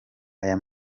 aya